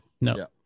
No